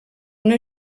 una